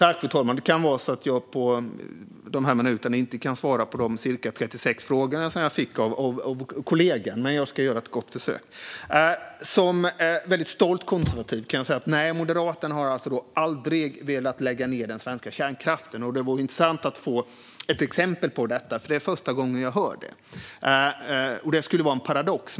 Fru talman! Det kan vara så att jag på dessa minuter inte kan svara på de cirka 36 frågor som jag fick av kollegan, men jag ska göra ett gott försök. Som väldigt stolt konservativ kan jag säga att Moderaterna aldrig har velat lägga ned den svenska kärnkraften. Det vore intressant att få ett exempel på detta. Det är första gången jag hör det. Det skulle vara en paradox.